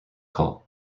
call